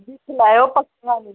दिक्खी लैयो पक्का निं ऐ ई